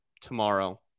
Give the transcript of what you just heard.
tomorrow